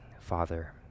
Father